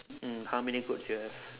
mm how many goats you have